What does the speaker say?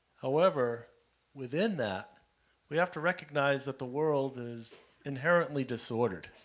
however within that we have to recognize that the world is inheritly disordered.